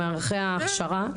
למערכי ההכשרה,